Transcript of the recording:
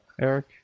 Eric